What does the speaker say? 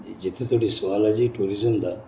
जित्थै धोड़ी सोआल ऐ जी टूरिजम दा